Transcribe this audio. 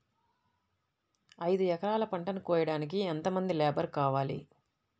ఐదు ఎకరాల పంటను కోయడానికి యెంత మంది లేబరు కావాలి?